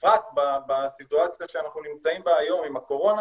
ובפרט בסיטואציה שאנחנו נמצאים בה היום עם הקורונה,